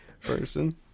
person